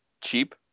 cheap